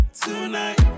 tonight